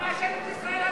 אני מאשים את ישראל הרשמית.